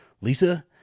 Lisa